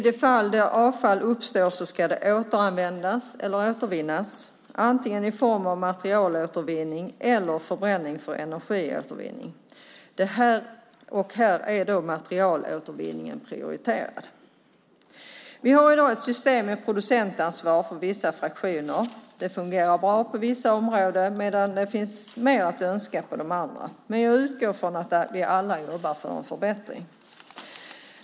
Där avfall uppstår ska det återanvändas eller återvinnas, antingen i form av materialåtervinning eller genom förbränning för energiåtervinning. Här är materialåtervinningen prioriterad. Vi har i dag ett system med producentansvar för vissa fraktioner. Det fungerar bra på vissa områden, medan det finns mer att önska på andra. Jag utgår från att vi alla jobbar för en förbättring.